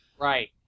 Right